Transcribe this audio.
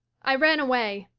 i ran away,